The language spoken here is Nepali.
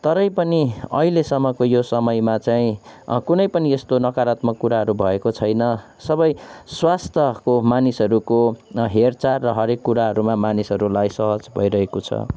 तरै पनि अहिलेसम्मको यो समयमा चाहिँ कुनै पनि यस्तो नकारात्मक कुराहरू भएको छैन सबै स्वास्थ्यको मानिसहरूको हेरचाह र हरेक कुराहरूमा मानिसहरूलाई सहज भइरहेको छ